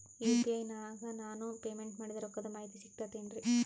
UPI ನಾಗ ನಾನು payment ಮಾಡಿದ ರೊಕ್ಕದ ಮಾಹಿತಿ ಸಿಕ್ತಾತೇನ್ರೀ?